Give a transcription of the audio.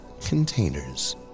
Containers